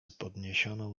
podniesioną